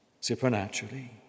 supernaturally